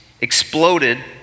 exploded